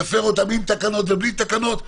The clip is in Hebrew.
יפר אותם עם תקנות ובלי תקנות.